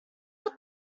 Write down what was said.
put